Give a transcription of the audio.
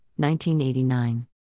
1989